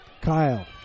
Kyle